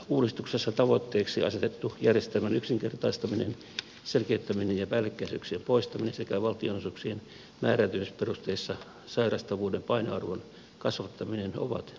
valtionosuusuudistuksessa tavoitteeksi asetettu järjestelmän yksinkertaistaminen selkeyttäminen ja päällekkäisyyksien poistaminen sekä valtionosuuksien määräytymisperusteissa sairastavuuden painoarvon kasvattaminen ovat kannatettavia